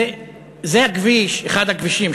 זה אחד הכבישים,